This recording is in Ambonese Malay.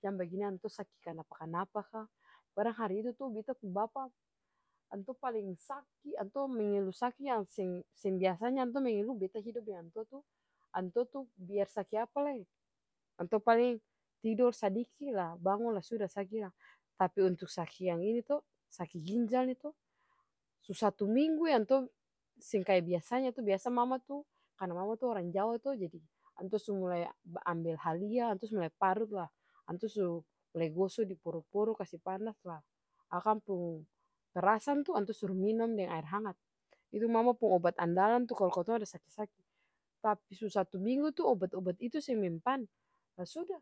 Jang bagini antua saki kanapa-kanapa ka, barang hari itu to beta pung bapa antua paleng saki, antua mengelu saki yang seng seng biasanya antua mengelu, beta hidup deng antua tuh, antua tuh biar saki apalai antua paling tidor sadiki lah bangun lah suda saki ilang, tapi untuk saki yang ini to, saki ginjal nih to su satu minggue antua seng kaya biasanya tuh biasa mama to karna mama orang jawa to jadi antua sumulai ba-ambil halia antua su mulai paru lah antua su mulai goso diporo-poro kasi panas lah akang pung perasan tuh antua suru minom deng aer hangat, itu mama pung obat andalan tuh kalu katong ada saki-saki. Tapi su satu minggu tuh obat-obat itu seng mempan, lah suda